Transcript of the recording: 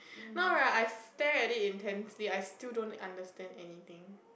now right I stared already intensely I still don't understand anything